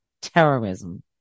terrorism